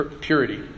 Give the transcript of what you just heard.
purity